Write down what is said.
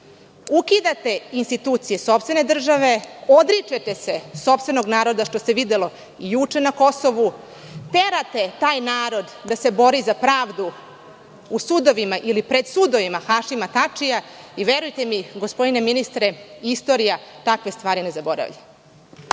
Ukidate institucije sopstvene države, odričete se sopstvenog naroda, što se videlo juče na Kosovu, terate taj narod da se bori za pravdu u sudovima ili pred sudovima Hašima Tačija i verujte, gospodine ministre, istorija takve stvari ne zaboravlja.